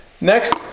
next